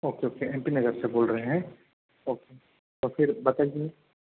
okay okay M P Nagar से बोल रहे हैं ओके तो फिर बताइए